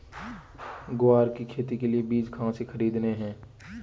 ग्वार की खेती के लिए बीज कहाँ से खरीदने हैं?